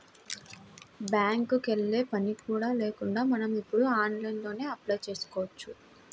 బ్యేంకుకి యెల్లే పని కూడా లేకుండా మనం ఇప్పుడు ఆన్లైన్లోనే అప్లై చేసుకోవచ్చు